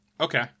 Okay